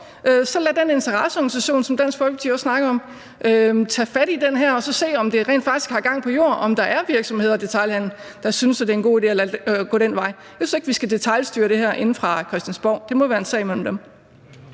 så lad den interesseorganisation, som Dansk Folkeparti også snakkede om, tage fat i det her og se, om det rent faktisk har gang på jord, altså om der er virksomheder og detailhandel, der synes, at det er en god idé at gå den vej. Jeg synes ikke, vi skal detailstyre det her inde fra Christiansborg – det må være en sag mellem dem.